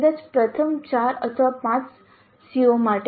કદાચ પ્રથમ 4 અથવા 5 CO માટે